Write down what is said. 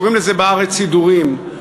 קוראים לזה בארץ "סידורים".